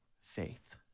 faith